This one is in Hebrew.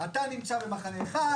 אתה נמצא במחנה אחד,